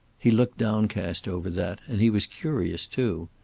he looked downcast over that, and he was curious, too.